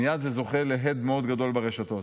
זה מייד זוכה להד מאוד גדול ברשתות.